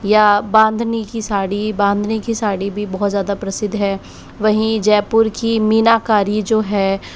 या बांधनी की साड़ी बांधनी की साड़ी भी बहुत ज़्यादा प्रसिद्ध है वहीं जयपुर की मीनाकारी जो है